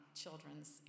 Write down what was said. children's